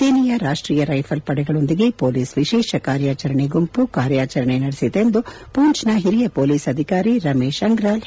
ಸೇನೆಯ ರಾಷ್ವೀಯ ರೈಫಲ್ ಪಡೆಗಳೊಂದಿಗೆ ಪೊಲೀಸ್ ವಿಶೇಷ ಕಾರ್ಯಾಚರಣೆ ಗುಂಪು ಕಾರ್ಯಾಚರಣೆ ನಡೆಸಿತೆಂದು ಪೂಂಚ್ ನ ಹಿರಿಯ ಪೊಲೀಸ್ ಅಧಿಕಾರಿ ರಮೇಶ್ ಅಂಗ್ರಾಲ್ ಹೇಳಿದ್ದಾರೆ